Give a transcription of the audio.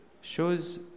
shows